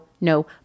no